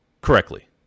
correctly